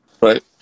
right